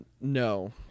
No